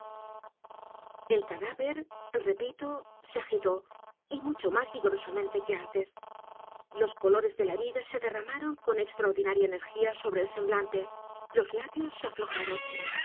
el cadáver repito se agitó y mucho más vigorosamente que antes los colores d é l a vida se d e r r a m a ron con extraordinaria energía sobre el semblante los labios se aflojaron